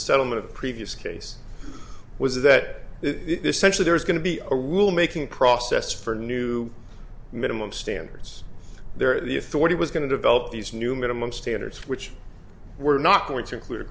settlement of the previous case was that this century there was going to be a rule making process for new minimum standards there the authority was going to develop these new minimum standards which were not going to include